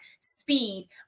speed